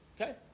Okay